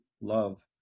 love